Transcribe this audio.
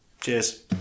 Cheers